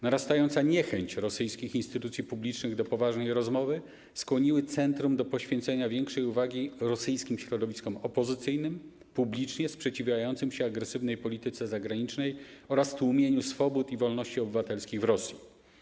Narastająca niechęć rosyjskich instytucji publicznych do poważnej rozmowy skłoniła centrum do poświęcenia większej uwagi rosyjskim środowiskom opozycyjnym publicznie sprzeciwiającym się agresywnej polityce zagranicznej oraz tłumieniu swobód i wolności obywatelskich w Rosji.